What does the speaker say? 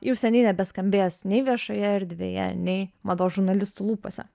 jau seniai nebeskambės nei viešoje erdvėje nei mados žurnalistų lūpose